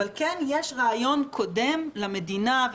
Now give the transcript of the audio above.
אבל כן יש רעיון קודם למדינה,